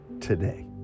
today